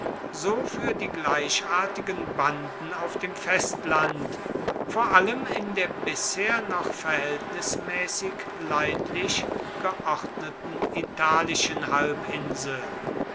so für die gleichartigen banden auf dem festland vor allem in der bisher noch verhältnismäßig leidlich geordneten italischen halbinsel